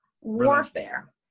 Warfare